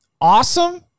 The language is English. awesome